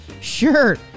Sure